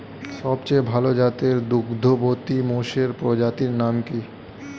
সবচেয়ে ভাল জাতের দুগ্ধবতী মোষের প্রজাতির নাম কি?